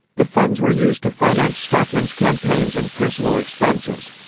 the funds were used to finance stockman's campaigns and personal expenses.